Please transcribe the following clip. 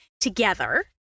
Together